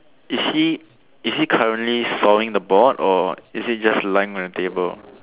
is he is he currently sawing the board or is he just lying on the table